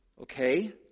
Okay